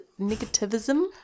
negativism